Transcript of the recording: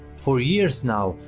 for years now,